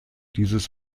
dieses